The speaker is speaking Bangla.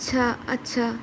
আচ্ছা আচ্ছা